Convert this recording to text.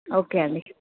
okay అండి